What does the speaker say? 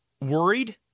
worried